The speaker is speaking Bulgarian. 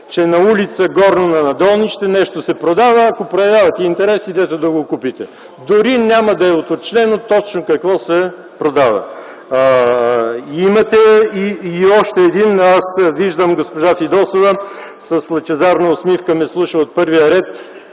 че на ул. „Горно нанадолнище” нещо се продава и, ако проявявате интерес, идете да го купите. Дори няма да е уточнено точно какво се продава. Виждам госпожа Фидосова, която с лъчезарна усмивка ме слуша от първия ред.